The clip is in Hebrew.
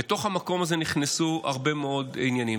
לתוך המקום הזה נכנסו הרבה מאוד עניינים.